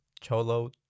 cholo